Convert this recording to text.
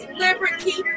liberty